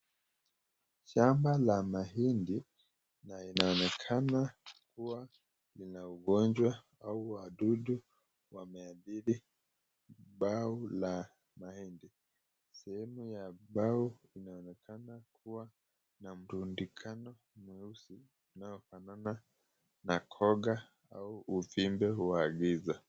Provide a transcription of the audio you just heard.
Shamba la mahindi na inaonekana kuwa lina ugonjwa au wadudu wameathiri bao la mahindi. Sehemu ya bao inaonekana kuwa na mtundikano mweusi inayofanana na koga au uvimbi wa giza.